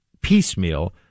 piecemeal